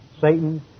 Satan